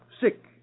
sick